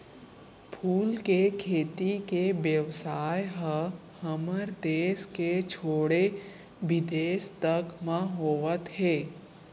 फूल के खेती के बेवसाय ह हमर देस के छोड़े बिदेस तक म होवत हे